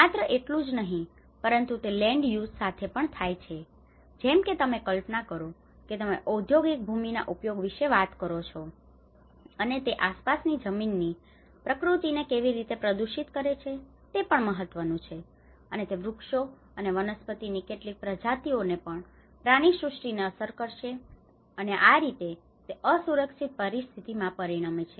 માત્ર તેટલું જ નહિ પરંતુ તે લેન્ડ યુઝ સાથે પણ થાય છે જેમ કે તમે કલ્પના કરો કે તમે ઔદ્યોગિક ભૂમિના ઉપયોગ વિશે વાત કરો છો અને તે આસપાસની જમીનની પ્રકૃતિને કેવી રીતે પ્રદૂષિત કરી શકે છે તે પણ મહત્વપૂર્ણ છે અને તે વૃક્ષો અને વનસ્પતિની કેટલીક પ્રજાતિઓને અને પ્રાણીસૃષ્ટિને અસર કરશે અને આ રીતે તે અસુરક્ષિત પરિસ્થિતિઓમાં પરિણમે છે